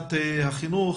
ועדת החינוך,